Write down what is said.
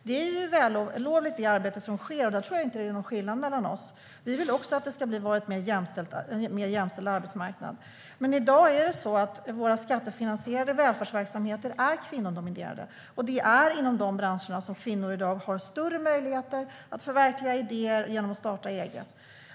Det arbete som sker är vällovligt. Där tror jag inte det är någon skillnad mellan oss. Vi vill också att det ska vara en mer jämställd arbetsmarknad. I dag är våra skattefinansierade välfärdsverksamheter kvinnodominerade. Det är inom de branscherna som kvinnor i dag har större möjligheter att förverkliga idéer genom att starta eget.